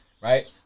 right